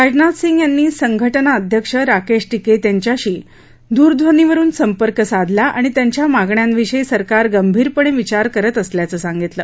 राजनाथ सिंग यांनी संघटना अध्यक्ष राकेश टिकैत यांच्याशी द्रध्वनीवरुन संपर्क साधला आणि त्यांच्या मागण्यांविषयी सरकार गंभीरपणे विचार करत असल्याचं सांगितलं